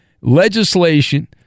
legislation